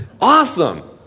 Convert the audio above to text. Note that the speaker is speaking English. awesome